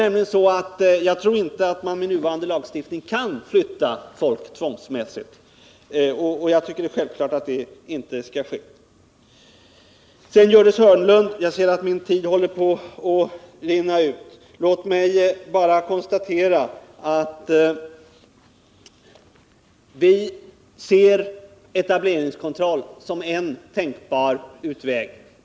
Jag tror för övrigt inte att man med nuvarande lagstiftning ens kan flytta folk tvångsmässigt. Jag tycker i varje fall att det är självklart att det inte skall ske. Jag ser att min repliktid håller på att rinna ut. När det gäller Gördis Hörnlunds inlägg vill jag bara konstatera att vi ser etableringskontroll som en tänkbar utväg.